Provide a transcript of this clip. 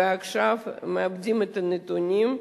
ועכשיו מעבדים את הנתונים,